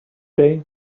day